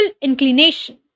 inclination